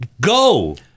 go